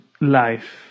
life